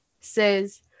says